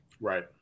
Right